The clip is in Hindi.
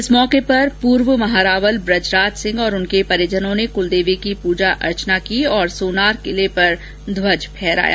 इस अवसर पर पूर्व महारावल ब्रजराज सिंह और उनके परिजनों ने कुलदेवी की पूजा अर्चना की और सोनार किले पर ध्वज फहराया